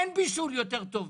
אין בישול יותר טוב מזה.